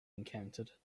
encountered